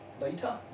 Later